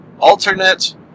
alternate